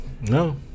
No